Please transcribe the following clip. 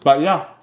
but ya